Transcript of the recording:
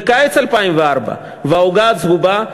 בקיץ 2004. ו'העוגה הצהובה'?